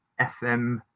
FM